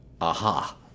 aha